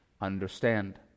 understand